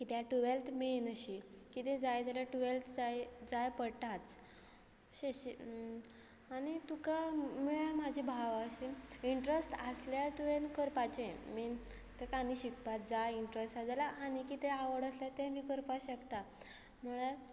कित्याक टुवेल्थ मेन अशी कितें जाय जाल्यार टुवेल्थ जाय जाय पडटाच अशें अशें आनी तुका म्हळ्यार म्हजे भावाक अशी इंट्रस्ट आसल्यार तुवें करपाचें आय मीन ताका आनी शिकपाक जाय इंट्रस्ट आसा जाल्यार आनी कितें आवड आसल्यार तें बी करपाक शकता म्हळ्यार